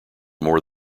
more